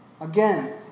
again